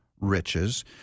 riches